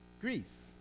Greece